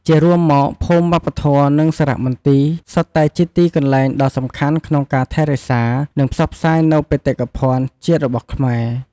ជារួមមក ភូមិវប្បធម៌ និងសារមន្ទីរ សុទ្ធតែជាទីកន្លែងដ៏សំខាន់ក្នុងការថែរក្សា និងផ្សព្វផ្សាយនូវបេតិកភណ្ឌជាតិរបស់ខ្មែរ។